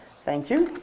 thank you.